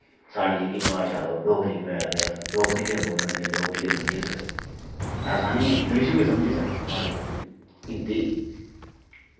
साढ़ी जेह्की भाशा ते ओह् डोगरी गै ते अस डोगरी गै बोलनी ते डोगरी गै समझी सकदे ऐसा निं ऐ इंग्लिश बी समझी सकदे माड़ी मुट्टी हिंदी